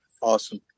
Awesome